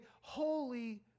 holy